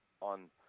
on